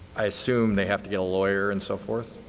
i assume they have to get a lawyer and so forth.